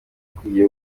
ukwiye